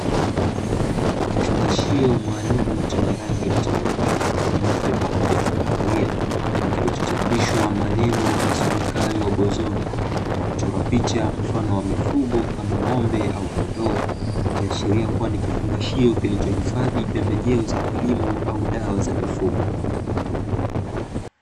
Kifungashio maalumu chenye rangi mchanganyiko nyeupe pamoja na kahawia, kilichochapishwa maneno yasomekayo "BOZONI", na kuchorwa picha mfano wa mifugo kama, ng'ombe au Kondoo, ikiashiria kuwa ni kifungashio kilichohifadhi pembejeo za kilimo au dawa za mifugo.